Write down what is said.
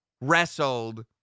wrestled